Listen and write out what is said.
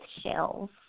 shells